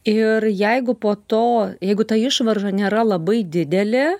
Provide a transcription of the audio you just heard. ir jeigu po to jeigu ta išvarža nėra labai didelė